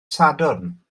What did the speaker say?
sadwrn